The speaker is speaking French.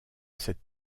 cette